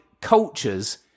cultures